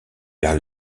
vers